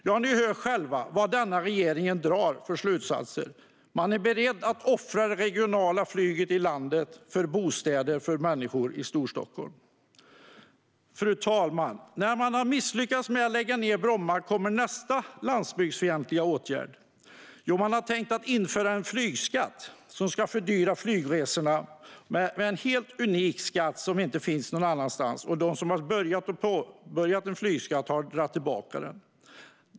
Ja, ni hör själva vad denna regering drar för slutsatser. Man är beredd att offra det regionala flyget i landet för bostäder för människor i Storstockholm. Fru talman! När man har misslyckats med att lägga ned Bromma flygplats kommer nästa landsbygdsfientliga åtgärd. Man har tänkt införa en flygskatt som ska fördyra flygresorna. Det är en helt unik skatt som inte finns någon annanstans. De som har försökt införa en sådan har dragit tillbaka den.